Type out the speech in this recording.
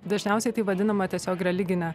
dažniausiai tai vadinama tiesiog religine